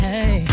Hey